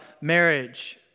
marriage